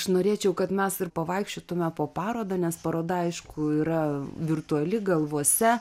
aš norėčiau kad mes ir pavaikščiotume po parodą nes paroda aišku yra virtuali galvose